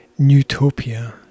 newtopia